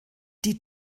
die